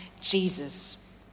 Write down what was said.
Jesus